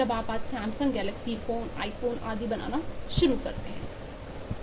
जब आप आज सैमसंग गैलेक्सी फोन आईफोन आदि बनाना शुरू करते हैं